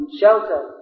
shelter